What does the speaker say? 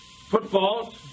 Football